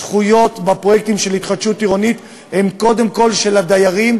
הזכויות בפרויקטים של התחדשות עירונית הם קודם כול של הדיירים,